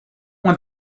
want